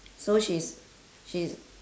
so she is she is